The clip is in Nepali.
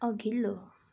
अघिल्लो